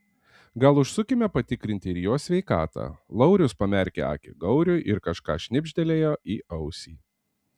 gal užsukime patikrinti ir jo sveikatą laurius pamerkė akį gauriui ir kažką šnibžtelėjo į ausį